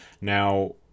Now